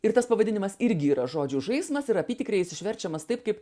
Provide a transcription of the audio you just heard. ir tas pavadinimas irgi yra žodžių žaismas ir apytikriai jis išverčiamas taip kaip